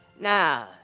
Now